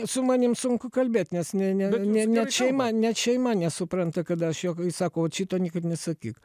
su manim sunku kalbėt nes ne ne ne net šeima net šeima nesupranta kada aš juokais sako ot šito niekam nesakyk